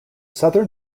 southern